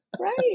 right